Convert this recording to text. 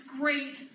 great